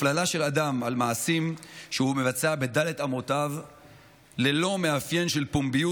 הפללה של אדם על מעשים שהוא מבצע בד' אמותיו ללא מאפיין של פומביות